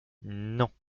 non